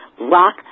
rock